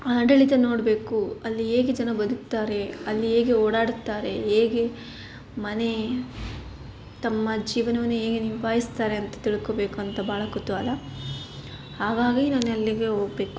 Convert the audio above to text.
ಆಡಳಿತ ನೋಡಬೇಕು ಅಲ್ಲಿ ಹೇಗೆ ಜನ ಬದುಕ್ತಾರೆ ಅಲ್ಲಿ ಹೇಗೆ ಓಡಾಡುತ್ತಾರೆ ಹೇಗೆ ಮನೆ ತಮ್ಮ ಜೀವನವನ್ನು ಹೇಗೆ ನಿಭಾಯಿಸ್ತಾರೆ ಅಂತ ತಿಳ್ಕೊಬೇಕು ಅಂತ ಭಾಳ ಕುತೂಹಲ ಹಾಗಾಗಿ ನಾನು ಅಲ್ಲಿಗೆ ಹೋಗ್ಬೇಕು